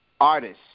artists